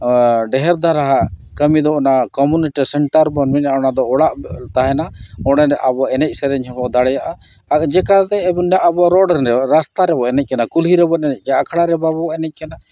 ᱰᱷᱮᱹᱨ ᱫᱷᱟᱨᱟ ᱦᱟᱸᱜ ᱠᱟᱹᱢᱤ ᱫᱚ ᱚᱱᱟ ᱠᱚᱢᱤᱱᱤᱴᱤ ᱥᱮᱱᱴᱟᱨ ᱵᱚᱱ ᱢᱮᱱᱟᱜᱼᱟ ᱚᱱᱟᱫᱚ ᱚᱲᱟᱜ ᱛᱟᱦᱮᱱᱟ ᱚᱸᱰᱮ ᱟᱵᱚ ᱮᱱᱮᱡ ᱥᱮᱨᱮᱧ ᱦᱚᱸᱵᱚᱱ ᱫᱟᱲᱮᱭᱟᱜᱼᱟ ᱟᱨ ᱡᱮ ᱠᱟᱨᱚᱱ ᱛᱮ ᱟᱵᱚ ᱨᱳᱰ ᱨᱮ ᱨᱟᱥᱛᱟ ᱨᱮᱵᱚᱱ ᱮᱱᱮᱡ ᱠᱟᱱᱟ ᱠᱩᱞᱦᱤ ᱨᱮᱵᱚᱱ ᱮᱱᱮᱡ ᱠᱟᱱᱟ ᱟᱠᱷᱲᱟ ᱨᱮ ᱵᱟᱵᱚ ᱮᱱᱮᱡ ᱠᱟᱱᱟ